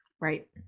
right